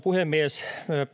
puhemies